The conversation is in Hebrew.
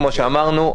כמו שאמרנו,